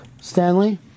Stanley